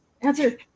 answer